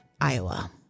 Iowa